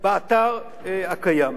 באתר הקיים.